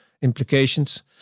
Implications